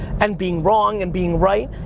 and being wrong and being right.